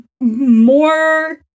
more